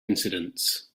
incidents